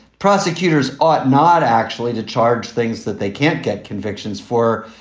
prosecutors ought not actually to charge things that they can't get convictions for.